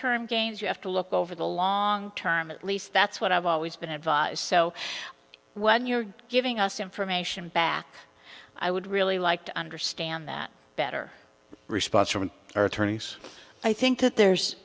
term gains you have to look over the long term at least that's what i've always been advise so when you're giving us information back i would really like to understand that better response from our attorneys i think that there's